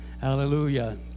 Hallelujah